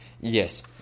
Yes